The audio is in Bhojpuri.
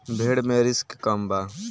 भेड़ मे रिस्क कम बा